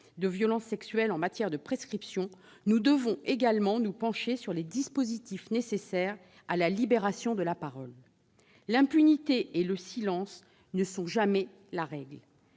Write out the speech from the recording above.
de violences sexuelles en matière de prescription, nous devons également nous pencher sur les dispositifs nécessaires à la libération de la parole. L'impunité et le silence ne doivent jamais être la règle.